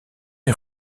est